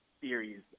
series